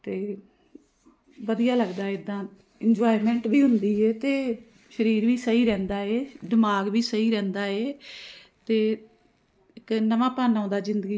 ਅਤੇ ਵਧੀਆ ਲੱਗਦਾ ਇੱਦਾਂ ਇੰਜੋਇਮੈਂਟ ਵੀ ਹੁੰਦੀ ਹੈ ਅਤੇ ਸਰੀਰ ਵੀ ਸਹੀ ਰਹਿੰਦਾ ਏ ਦਿਮਾਗ ਵੀ ਸਹੀ ਰਹਿੰਦਾ ਏ ਅਤੇ ਇੱਕ ਨਵਾਂਪਣ ਆਉਂਦਾ ਜ਼ਿੰਦਗੀ